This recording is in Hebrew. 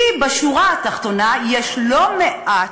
כי בשורה התחתונה יש לא מעט,